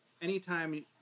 Anytime